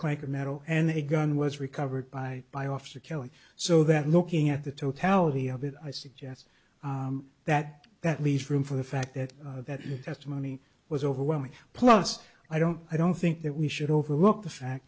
quaker metal and the gun was recovered by by officer killing so that looking at the totality of it i suggest that that leaves room for the fact that that testimony was overwhelming plus i don't i don't think that we should overlook the fact